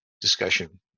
discussion